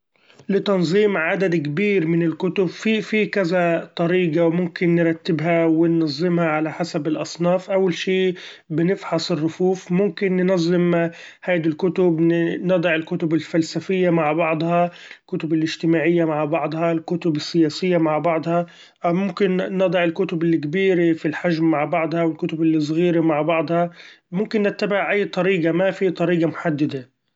لتنظيم عدد اكبير من الكتب; في- في كذا طريقة وممكن نرتبها وننظمها على عدد الاصناف ، أول شي بنفحص الرفوف ممكن ننظم هيدي الكتب نضع الكتب الفلسفية مع بعضها الكتب الاچتماعية مع بعضها الكتب السياسية مع بعضها، أو ممكن نضع الكتب الكبيرة في الحچم مع بعضها أوالكتب الصغيرة مع بعضها ممكن نتبع أي طريقة ما في طريقة محددة.